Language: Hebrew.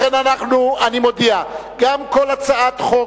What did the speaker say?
לכן אני מודיע: כל הצעת חוק